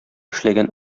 эшләгән